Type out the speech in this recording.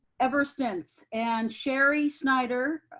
ever since. and sherri snyder,